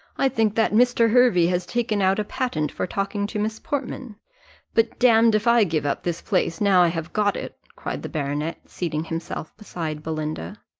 i think that mr. hervey has taken out a patent for talking to miss portman but damme if i give up this place, now i have got it, cried the baronet, seating himself beside belinda.